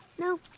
No